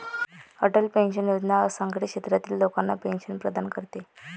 Atal pension Yojana असंघटित क्षेत्रातील लोकांना पेन्शन प्रदान करते